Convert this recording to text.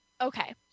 Okay